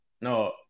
no